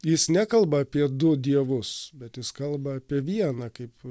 jis nekalba apie du dievus bet jis kalba apie vieną kaip